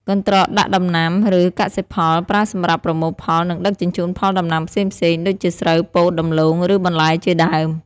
កន្ត្រកដាក់ដំណាំ ឬកសិផល ប្រើសម្រាប់ប្រមូលផល និងដឹកជញ្ជូនផលដំណាំផ្សេងៗ ដូចជាស្រូវ ពោត ដំឡូង ឬបន្លែជាដើម។